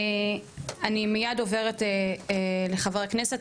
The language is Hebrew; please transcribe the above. אני מייד עוברת לחבר הכנסת.